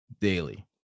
daily